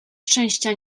szczęścia